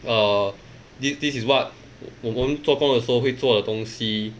err this this is what 我我们做工的时候会做的东西